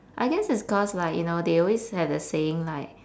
I guess it's cause like you know they always have a saying like